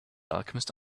alchemist